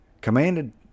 commanded